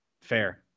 Fair